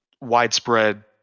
widespread